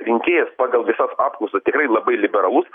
rinkėjas pagal visas apklausą tikrai labai liberalus